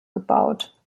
gebaut